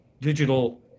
digital